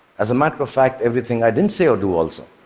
as a matter of fact, everything i didn't say or do also